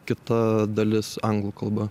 kita dalis anglų kalba